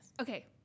Okay